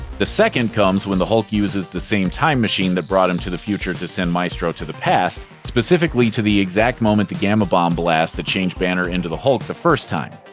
the second comes when the hulk uses the same time machine that brought him to the future to send maestro to the past, specifically, to the exact moment the gamma bomb blast that changed banner into the hulk the first time.